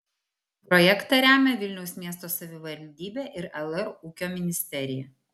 projektą remia vilniaus miesto savivaldybe ir lr ūkio ministerija